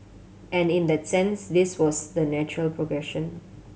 and in that sense this was the natural progression